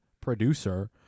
producer